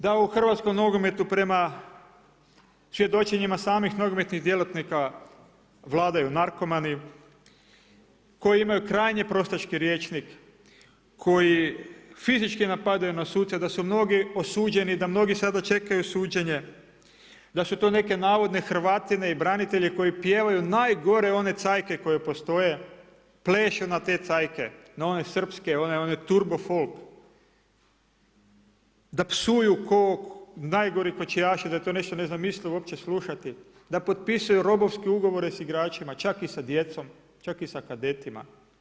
Da u hrvatskom nogometu prema svjedočenjima samih nogometnih djelatnika vladaju narkomani koji imaju krajnje prostački rječnik, koji fizički napadaju na suce, da su mnogi osuđeni, da mnogi sada čekaju suđenje, da su to neke navodne hrvatine i branitelji koji pjevaju najgore one cajke koje postoje, plešu na te cajke, na one srpske, one turbo folk, da psuju kao najgori kočijaši da je to nešto nezamislivo uopće slušati, da potpisuju robovske ugovore sa igračima, čak i sa djecom, čak i sa kadetima.